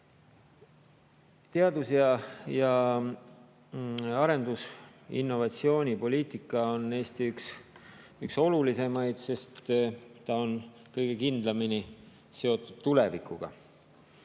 Teadus‑, arendus‑ ja innovatsioonipoliitika on Eesti üks olulisemaid, sest ta on kõige kindlamini seotud tulevikuga.